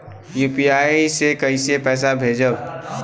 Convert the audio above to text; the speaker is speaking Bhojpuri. यू.पी.आई से कईसे पैसा भेजब?